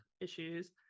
issues